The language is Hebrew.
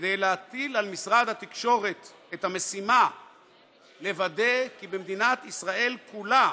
כדי להטיל על משרד התקשורת את המשימה לוודא כי במדינת ישראל כולה